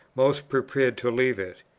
most prepared to leave it.